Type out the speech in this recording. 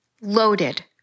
loaded